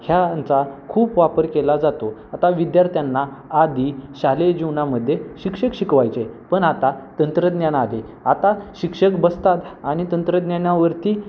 ह्या यांचा खूप वापर केला जातो आता विद्यार्थ्यांना आधी शालेय जीवनामध्ये शिक्षक शिकवायचे पण आता तंत्रज्ञान आले आता शिक्षक बसतात आणि तंत्रज्ञानावरती